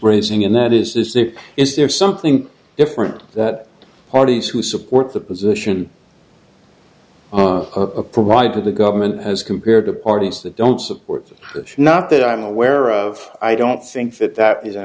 raising and that is that is there something different that the parties who support the position of provided to the government has compared the parties that don't support this not that i'm aware of i don't think that that is an